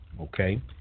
okay